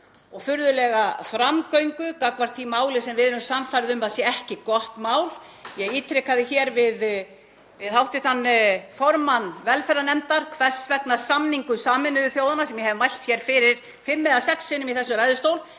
og furðulega framgöngu gagnvart því máli sem við erum sannfærð um að sé ekki gott mál. Ég ítrekaði hér við hv. formann velferðarnefndar hvers vegna samningur Sameinuðu þjóðanna, sem ég hef mælt hér fyrir fimm eða sex sinnum í þessum ræðustól,